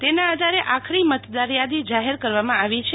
તેના આધારે આખરી મતદારયાદી જાહેર કરવામાં આવી છે